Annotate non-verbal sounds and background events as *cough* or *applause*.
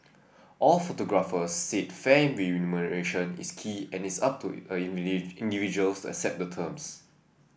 all photographers said fair remuneration is key and it is up to *unintelligible* individuals accept the terms